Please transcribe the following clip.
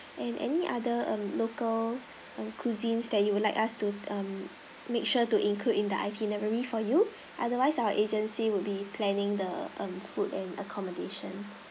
and any other um local err cuisines that you would like us to mm make sure to include in the itinerary for you otherwise our agency will be planning the um food and accommodation